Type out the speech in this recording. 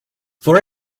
for